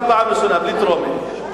בלי טרומית?